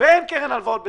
ואין קרן הלוואות בסיכון,